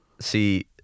see